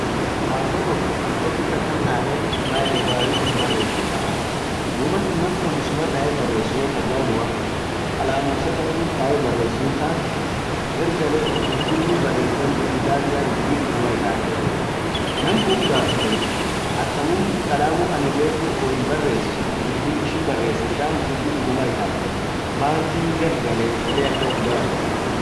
safo tok nam tokkit akan tae maeden warri tok barrefetaa, dubattan namkun issuma tae barressu won ajabua, kalamu isa taanin tae barresun tant gargale dubbi inin barress tant, dubbi tant yaani dubi duguma itate. Nam kun ufgafetee atamum kalamu anin refu woin barress dubbi ishin barressit tant dubbi duguma itate maanti gargalee ede akan ufgaffeta.